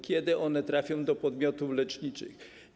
Kiedy one trafią do podmiotów leczniczych?